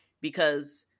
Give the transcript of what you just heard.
because-